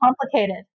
complicated